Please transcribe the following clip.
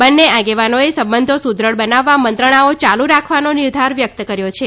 બંને આગેવાનોએ સંબંધો સુદૃઢ બનાવવા મંત્રણાઓ યાલુ રાખવાનો નિર્ધાર વ્યક્ત કર્યો છે